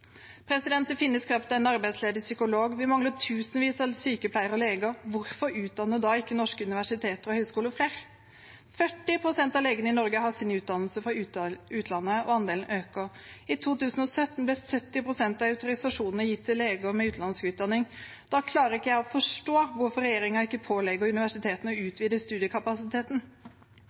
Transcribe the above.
Det finnes knapt en arbeidsledig psykolog, og vi mangler tusenvis av sykepleiere og leger. Hvorfor utdanner da ikke norske universiteter og høyskoler flere? 40 pst. av legene i Norge har sin utdannelse fra utlandet, og andelen øker. I 2017 ble 70 pst. av autorisasjonene gitt til leger med utenlandsk utdanning. Da klarer ikke jeg å forstå hvorfor regjeringen ikke pålegger universitetene å utvide studiekapasiteten.